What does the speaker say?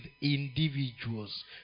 individuals